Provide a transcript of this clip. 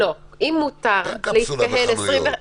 אין קפסולה בחנויות.